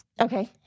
Okay